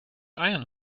ian